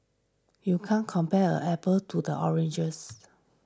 you can't compare apples to the oranges